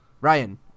ryan